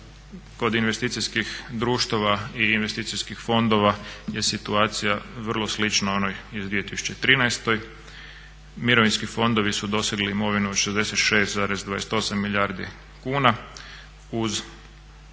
Kod investicijskih društava i investicijskih fondova je situacija vrlo slična onoj iz 2013. Mirovinski fondovi su dosegli imovinu od 66,28 milijardi kuna, uz 8,4 milijardu